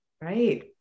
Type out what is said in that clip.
Right